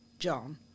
John